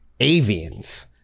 Avians